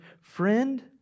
Friend